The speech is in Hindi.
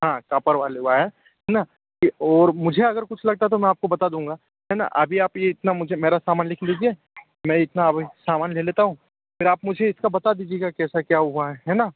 हाँ कॉपर वाली वायर है ना और मुझे अगर कुछ लगता तो मैं आपको बता दूंगा है न अभी आप इतना मुझे मेरा सामान लिख लीजिए मैं इतना अभी समान ले लेता हूँ फिर आप मुझे इसका बता दीजिएगा कैसा क्या हुआ है ना